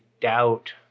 doubt